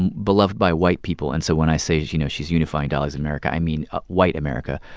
and beloved by white people, and so when i say, you know, she's unifying dolly's america, i mean ah white america.